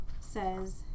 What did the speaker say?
says